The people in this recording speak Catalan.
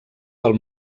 del